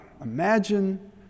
Imagine